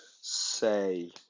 say